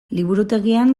liburutegian